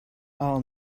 all